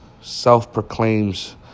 self-proclaims